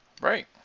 Right